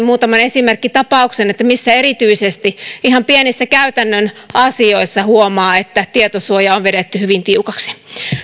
muutaman esimerkkitapauksen missä erityisesti ihan pienissä käytännön asioissa huomaa että tietosuoja on vedetty hyvin tiukaksi